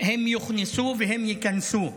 הם יוכנסו והם ייכנסו.